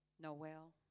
Noel